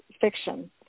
fiction